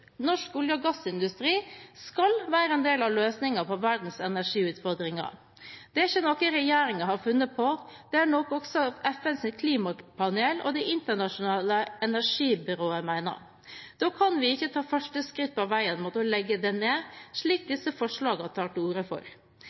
Norsk olje- og gassindustri skal være en del av løsningen på verdens energiutfordringer. Det er ikke noe regjeringen har funnet på, det er noe også FNs klimapanel og Det internasjonale energibyrået mener. Da kan vi ikke ta første skritt på veien mot å legge den ned, slik disse forslagene tar til orde for.